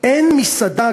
אין מסעדה,